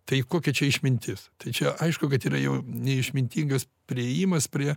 tai kokia čia išmintis tai čia aišku kad yra jau neišmintingas priėjimas prie